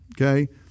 Okay